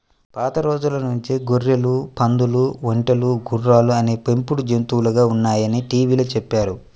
పాత రోజుల నుంచి గొర్రెలు, పందులు, ఒంటెలు, గుర్రాలు అనేవి పెంపుడు జంతువులుగా ఉన్నాయని టీవీలో చెప్పారు